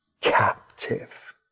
captive